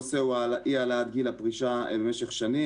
הנושא הוא אי העלאת גיל הפרישה במשך שנים.